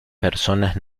personas